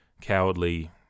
cowardly